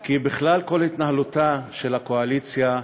כי בכלל, כל התנהלותה של הקואליציה,